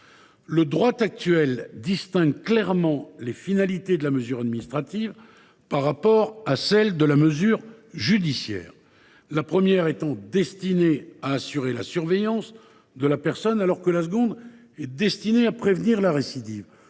Le droit actuel distingue clairement les finalités de la mesure administrative de celles de la mesure judiciaire, la première étant destinée à assurer la surveillance de la personne, alors que la seconde vise à prévenir la récidive.